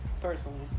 personally